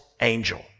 Angel